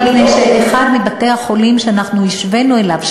מפני שאחד מבתי-החולים שאנחנו השווינו אליו,